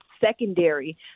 secondary